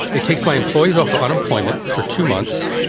it takes my employees off unemployment for two months.